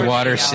Water